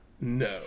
No